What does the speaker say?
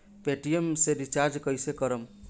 Paytm से recharge कईसे करम?